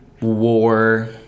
war